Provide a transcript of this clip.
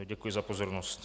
Děkuji za pozornost.